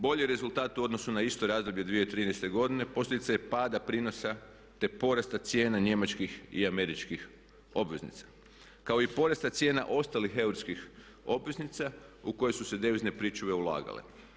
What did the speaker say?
Bolji rezultat u odnosu na isto razdoblje 2013. godine posljedica je pada prinosa te porasta cijena njemačkih i američkih obveznica kao i porasta cijena ostalih eurskih obveznica u koje su se devizne pričuve ulagale.